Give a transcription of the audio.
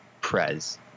Prez